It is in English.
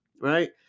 right